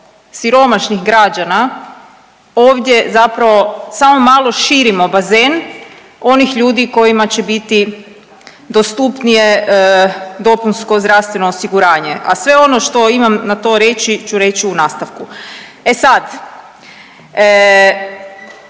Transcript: siromašnih građana ovdje zapravo samo malo širimo bazen onih ljudi kojima će biti dostupnije dopunsko zdravstveno osiguranje, a sve ono što imam na to reći ću reć u nastavku. E sad,